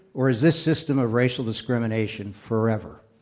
or is this system of racial discrimination forever?